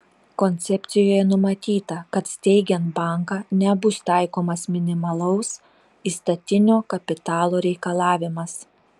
koncepcijoje numatyta kad steigiant banką nebus taikomas minimalaus įstatinio kapitalo reikalavimas